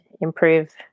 improve